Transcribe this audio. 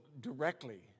directly